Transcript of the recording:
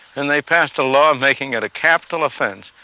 and they passed a law, making it a capital offense,